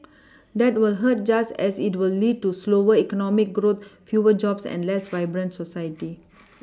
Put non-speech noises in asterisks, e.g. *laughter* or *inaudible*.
*noise* *noise* that will hurt just as it will lead to slower economic growth fewer jobs and less *noise* vibrant society *noise* *noise*